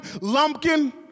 Lumpkin